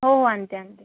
हो हो आणते आणते